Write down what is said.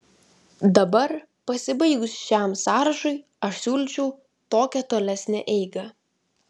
dabar pasibaigus šiam sąrašui aš siūlyčiau tokią tolesnę eigą